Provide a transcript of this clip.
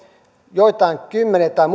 joitain kymmeniä tai